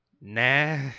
nah